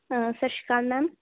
ਸਤਿ ਸ਼੍ਰੀ ਅਕਾਲ ਮੈਮ